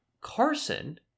Carson